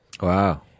Wow